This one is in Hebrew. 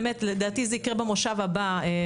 לדעתי זה יקרה במושב הבא.